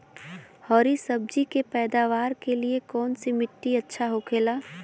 हरी सब्जी के पैदावार के लिए कौन सी मिट्टी अच्छा होखेला?